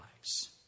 lives